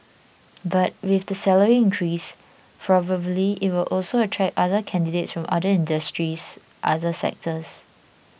but with the salary increase probably it will also attract other candidates from other industries other sectors